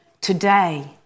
Today